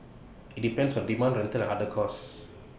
IT depends on demand rental and other costs